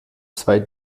zwei